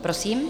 Prosím.